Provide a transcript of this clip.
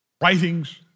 Writings